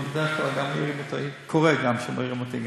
אבל קורה גם שמעירים אותי,